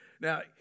Now